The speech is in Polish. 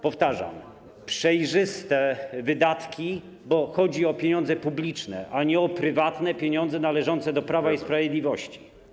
Powtarzam: przejrzyste wydatki, bo chodzi o pieniądze publiczne, a nie o prywatne pieniądze należące do Prawa i Sprawiedliwości.